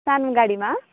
सानो गाडीमा